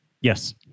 yes